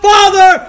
Father